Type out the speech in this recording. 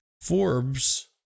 Forbes